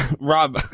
Rob